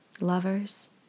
lovers